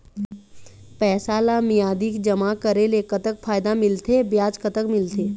पैसा ला मियादी जमा करेले, कतक फायदा मिलथे, ब्याज कतक मिलथे?